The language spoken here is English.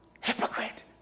Hypocrite